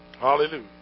Hallelujah